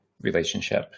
relationship